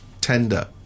tender